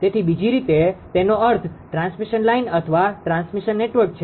તેથી બીજી રીતે તેનો અર્થ ટ્રાન્સમિશન લાઇન અથવા ટ્રાન્સમિશન નેટવર્ક છે